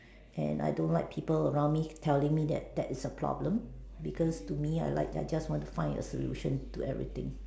and I don't like people around me telling me that that is a problem because to me I like I just want to find a solution to everything